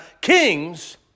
kings